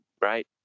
Right